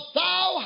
thou